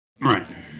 Right